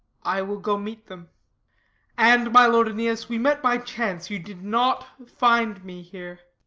i will go meet them and, my lord aeneas, we met by chance you did not find me here.